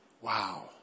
Wow